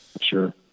Sure